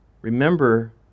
Remember